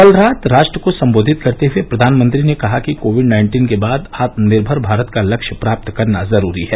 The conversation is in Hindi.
कल रात राष्ट्र को संबोधित करते हए प्रधानमंत्री ने कहा कि कोविड नाइन्टीन के बाद आत्मनिर्भर भारत का लक्ष्य प्राप्त करना जरूरी है